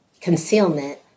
concealment